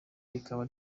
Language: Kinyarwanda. rikaba